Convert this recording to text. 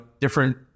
different